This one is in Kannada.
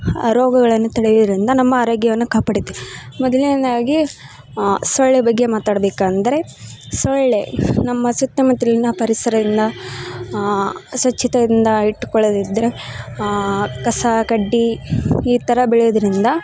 ಆ ರೋಗಗಳನ್ನು ತಡೆಯುವುದರಿಂದ ನಮ್ಮ ಆರೋಗ್ಯವನ್ನ ಕಾಪಾಡುತ್ತೇವೆ ಮೊದ್ಲನೇದಾಗಿ ಸೊಳ್ಳೆ ಬಗ್ಗೆ ಮಾತಾಡ್ಬೇಕಂದರೆ ಸೊಳ್ಳೆ ನಮ್ಮ ಸುತ್ತಮುತ್ತಲಿನ ಪರಿಸರಯಿಂದ ಸ್ವಚ್ಛತೆಯಿಂದ ಇಟ್ಕೊಳೋದರಿಂದ ಕಸ ಕಡ್ಡಿ ಈ ಥರ ಬೆಳಿಯೋದರಿಂದ